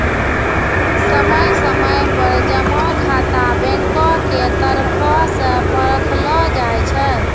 समय समय पर जमा खाता बैंको के तरफो से परखलो जाय छै